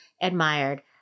admired